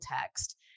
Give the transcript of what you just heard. text